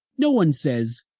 no one says,